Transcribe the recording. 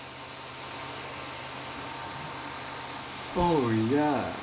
oh ya